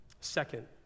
Second